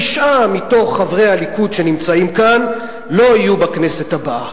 תשעה מתוך חברי הליכוד שנמצאים כאן לא יהיו בכנסת הבאה.